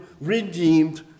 redeemed